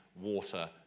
water